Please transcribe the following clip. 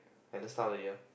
at the start of the year